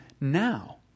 now